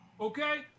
Okay